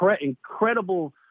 incredible